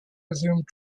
resumed